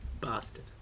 Bastard